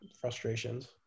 frustrations